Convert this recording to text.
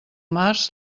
març